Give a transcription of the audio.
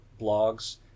blogs